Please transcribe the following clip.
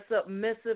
submissive